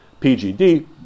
PGD